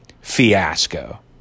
fiasco